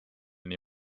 nii